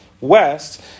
west